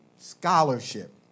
scholarship